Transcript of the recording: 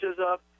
up